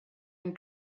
and